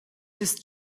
ist